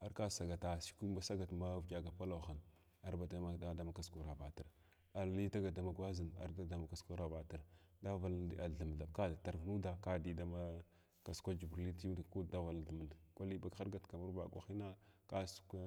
ar ka sagata shukun ba sagar mavyəha gapakwahin arba da dama kasukwin ghravatir arli dagat dama gwazin ardagat damakesuk ghravatar, daghwvala thum thaɓ kada tamv nuda kada diy dama kas-kwa jubirli inchi daghvala thum kwali haɗga dikamarun vakwahina kasupa.